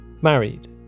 married